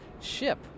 ship